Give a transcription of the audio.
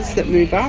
that move up,